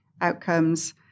outcomes